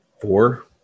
four